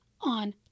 on